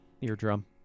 eardrum